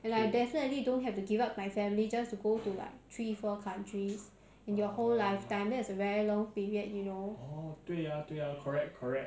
and I definitely don't have to give up my family just to go to like three four countries in your whole lifetime that is a very long period you know